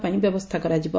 ପାଇଁ ବ୍ୟବସ୍ତା କରାଯିବ